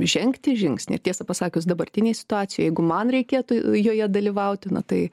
žengti žingsnį ir tiesą pasakius dabartinėj situacijoj jeigu man reikėtų joje dalyvauti na tai